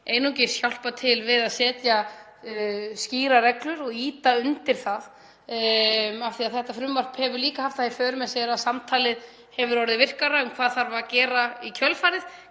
einungis hjálpa til við að setja skýrar reglur og ýta undir það. Þetta frumvarp hefur líka haft það í för með sér að samtalið hefur orðið virkara um hvað þarf að gera í kjölfarið,